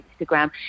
Instagram